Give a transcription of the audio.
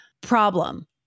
problem